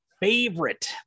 favorite